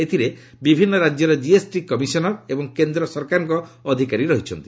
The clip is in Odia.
ଏଥିରେ ବିଭିନ୍ନ ରାଜ୍ୟର ଜିଏସ୍ଟି କମିଶନର୍ ଏବଂ କେନ୍ଦ୍ର ସରକାରଙ୍କ ଅଧିକାରୀ ଅଛନ୍ତି